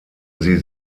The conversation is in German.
sie